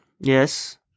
Yes